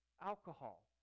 alcohol